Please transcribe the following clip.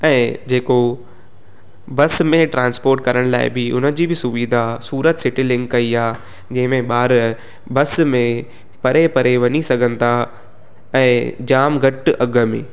ऐं जेको बस में ट्रांसपोर्ट करण लाइ बि उनजी बि सुविधा सूरत सिटिलिंक कई आहे जंहिंमें ॿार बस में परे परे वञी सघनि था ऐं जाम घटि अघि में